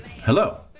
Hello